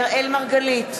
אראל מרגלית,